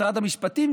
במשרד המשפטים,